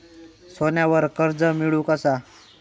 सोन्यावर कर्ज मिळवू कसा?